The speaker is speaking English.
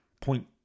point